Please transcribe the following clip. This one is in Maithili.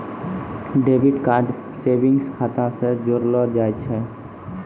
डेबिट कार्ड सेविंग्स खाता से जोड़लो जाय छै